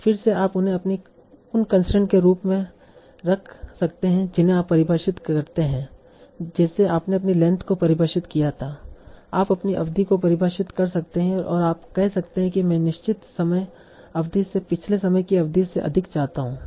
फिर से आप उन्हें अपनी उन कंसट्रेंट के रूप में रख सकते हैं जिन्हें आप परिभाषित करते हैं जैसे आपने अपनी लेंथ को परिभाषित किया था आप समय अवधि को परिभाषित कर सकते हैं और आप कह सकते हैं कि मैं निश्चित समय अवधि से पिछले समय की अवधि से अधिक चाहता हूं